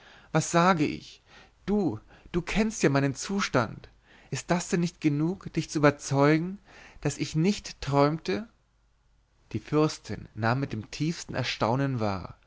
was sage ich du du kennst ja meinen zustand ist denn das nicht genug dich zu überzeugen daß ich nicht träumte die fürstin nahm mit dem tiefsten erstaunen wahr